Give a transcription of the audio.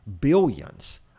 billions